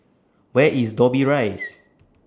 Where IS Dobbie Rise